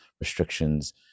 restrictions